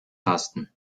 tasten